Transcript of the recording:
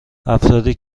افرادی